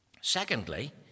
Secondly